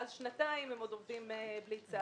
ואז שנתיים הם עוד עובדים בלי צו,